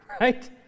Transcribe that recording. right